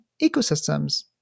Ecosystems